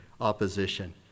opposition